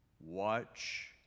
watch